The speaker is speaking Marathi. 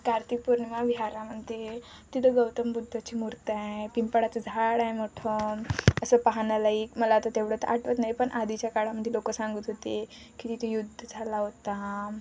कार्तिक पौर्णिमा विहारामध्ये तिथं गौतम बुद्धाची मूर्त आहे पिंपळाचं झाड आहे मोठं असं पाहाण्यालायक मला आता तेवढं तर आठवत नाही पण आधीच्या काळामध्ये लोकं सांगत होते की तिथं युद्ध झाला होता